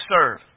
serve